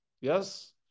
Yes